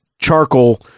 charcoal